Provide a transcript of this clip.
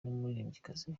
n’umuririmbyikazi